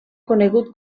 conegut